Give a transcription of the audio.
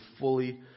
fully